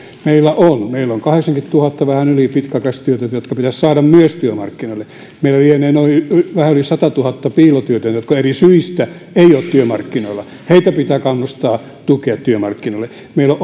meillä on meillä on vähän yli kahdeksankymmentätuhatta pitkäaikaistyötöntä jotka myös pitäisi saada työmarkkinoille meillä lienee vähän yli satatuhatta piilotyötöntä jotka eri syistä eivät ole työmarkkinoilla heitä pitää kannustaa tukea työmarkkinoille meillä on